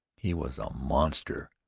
he was a monster.